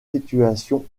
situation